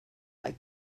like